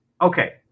okay